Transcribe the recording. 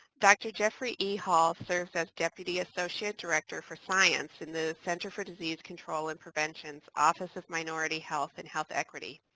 dr. jeffery e. hall as deputy associate director for science in the center for disease control and preventions office of minority health and health equity.